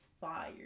fire